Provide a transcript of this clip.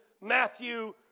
Matthew